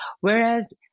whereas